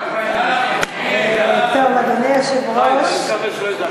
אדוני היושב-ראש,